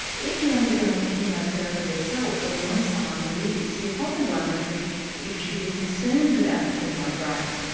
if you're undergoing chemotherapy yourself, or know someone who is, you're probably wondering if you should be concerned about chemobrain.